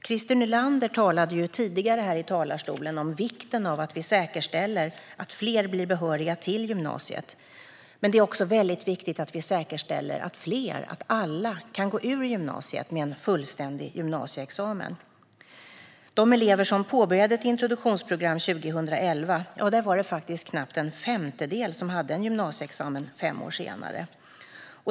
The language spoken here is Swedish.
Christer Nylander talade tidigare här i talarstolen om vikten av att säkerställa att fler blir behöriga till gymnasiet. Men det är också väldigt viktigt att vi säkerställer att alla kan gå ut gymnasiet med en fullständig gymnasieexamen. Av de elever som påbörjade ett introduktionsprogram 2011 var det knappt en femtedel som hade en gymnasieexamen fem år senare.